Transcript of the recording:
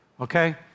okay